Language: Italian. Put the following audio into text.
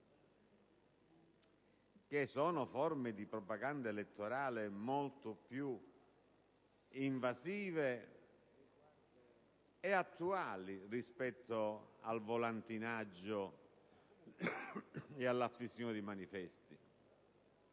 forme di propaganda elettorale molto più invasive e attuali rispetto al volantinaggio e all'affissione di manifesti;